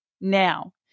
now